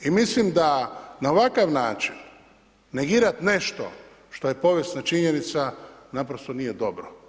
I mislim da na ovakav način negirati nešto što je povijesna činjenica, naprosto nije dobro.